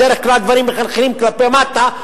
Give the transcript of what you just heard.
בדרך כלל הדברים מחלחלים כלפי מטה,